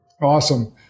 Awesome